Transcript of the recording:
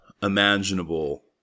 imaginable